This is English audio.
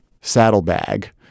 saddlebag